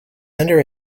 under